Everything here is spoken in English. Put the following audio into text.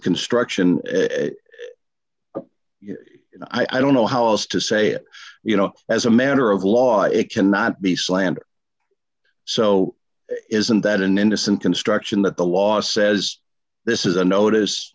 construction and i don't know how else to say it you know as a matter of law it cannot be slander so isn't that an innocent construction that the law says this is a notice